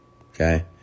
okay